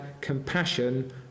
compassion